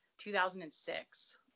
2006